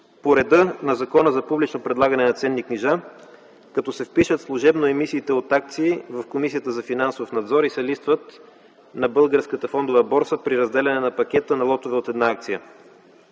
по реда на Закона за публично предлагане на ценни книжа, като се впишат служебно емисиите от акции в Комисията за финансов надзор и се листват на Българската фондова борса при разделяне на пакета на лотове от една акция.